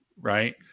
right